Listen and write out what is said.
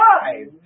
five